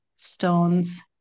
stones